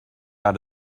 out